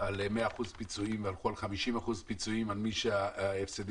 על 100% פיצויים וכן על 50% פיצויים למי שההפסדים